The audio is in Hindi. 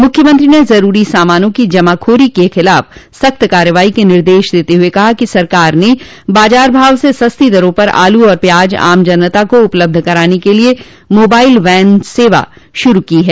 मुख्यमंत्री ने जरूरी सामानों की जमाखोरी करने के खिलाफ सख्त कार्रवाई के निर्देश देते हुए कहा कि सरकार ने बाजार भाव से सस्ती दरों पर आलू एवं प्याज आम जनता को उपलब्ध कराने के लिए मोबाइल बैन सेवा शुरू की है